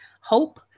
HOPE